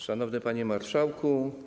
Szanowny Panie Marszałku!